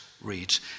reads